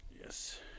Yes